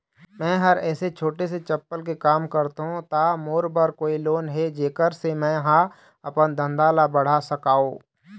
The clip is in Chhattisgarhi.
मैं हर ऐसे छोटे से चप्पल के काम करथों ता मोर बर कोई लोन हे जेकर से मैं हा अपन धंधा ला बढ़ा सकाओ?